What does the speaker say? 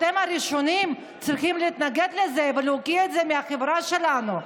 אתם הראשונים שצריכים להתנגד לזה ולהוקיע את זה מהחברה שלנו.